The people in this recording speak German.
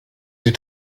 die